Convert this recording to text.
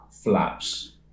flaps